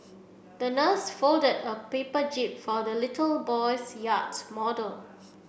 the nurse folded a paper jib for the little boy's yacht model